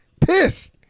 Pissed